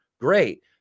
Great